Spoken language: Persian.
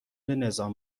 نظام